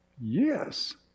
Yes